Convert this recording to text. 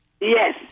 Yes